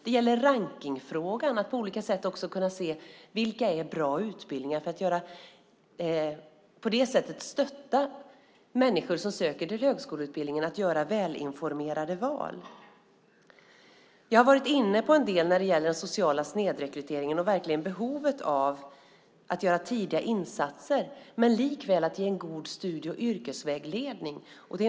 Det gäller rankningsfrågan, att på olika sätt kunna se vilka utbildningar som är bra, för att på det sättet hjälpa människor som söker till högskoleutbildningarna att göra välinformerade val. Jag har varit inne en del på den sociala snedrekryteringen och behovet av att göra tidiga insatser, men likväl ge en god studie och yrkesvägledning.